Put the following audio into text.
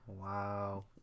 Wow